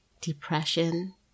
depression